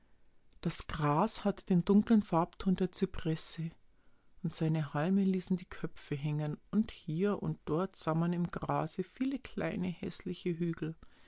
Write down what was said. das gras hatte den dunklen farbenton der zypresse und seine halme ließen die köpfe hängen und hier und dort sah man im grase viele kleine häßliche hügel